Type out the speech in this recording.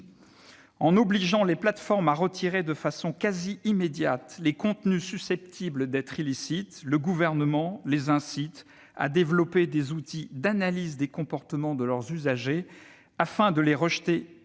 en obligeant les plateformes à retirer de façon presque immédiate les contenus susceptibles d'être illicites, le Gouvernement les incite à développer des outils d'analyse des comportements de leurs usagers, afin de les rejeter préventivement,